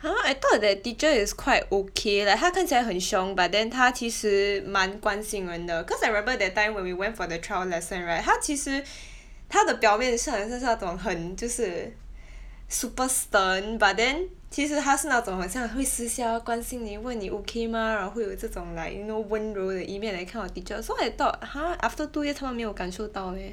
!huh! I thought that teacher is quite okay like 她看起来很凶 but then 她其实蛮关心人的 cause I remember that time when we went for the trial lesson right 她其实 她的表面是很像那种很就是 super stern but then 其实她是那种好像会私下要关心你问你 okay mah 然后会有这种 like you know 温柔的一面 that kind of teacher so I thought !huh! after two years 她们没有感受到 meh